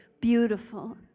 beautiful